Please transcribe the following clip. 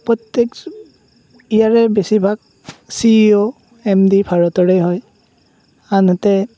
প্ৰত্যেক ইয়াৰে বেছিভাগ C E O M D ভাৰতৰে হয় আনহাতে